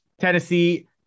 Tennessee